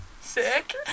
Sick